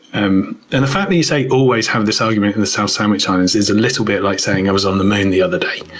and and the fact that you say always have this argument in the south sandwich islands is a little bit like saying, i was on the moon the other day.